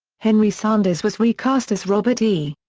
henry sanders was recast as robert e.